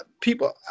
people